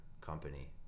company